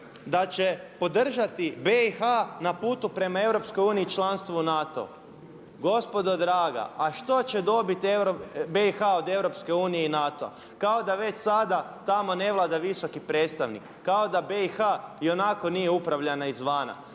da će podržati BIH na putu prema EU članstvo u NATO-u. Gospodo draga a što će dobiti BIH od EU i NATO-a? Kao da već sada tamo ne vlada visoki predstavnik, kao da BIH i onako nije upravljana izvana,